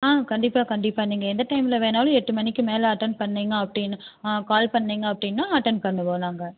ஆ கண்டிப்பாக கண்டிப்பாக நீங்கள் எந்த டைமில் வேணாலும் எட்டு மணிக்கு மேலே அட்டன் பண்ணிங்கனா அப்படினு கால் பண்ணிங்க அப்படின்னா அட்டன் பண்ணுவோம் நாங்கள்